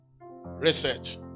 research